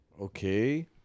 okay